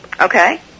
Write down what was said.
Okay